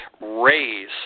raise